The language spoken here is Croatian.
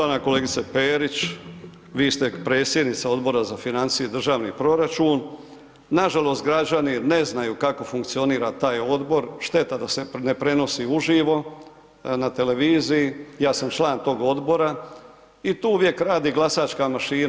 Poštovana kolegice Parić, vi ste predsjednica Odbora za financije i državni proračun, nažalost, građani ne znaju kako funkcionira taj odbor, šteta da se ne prenosi uživo na televiziji, ja sam član tog odbora i tu uvijek, radi glasačka mašina.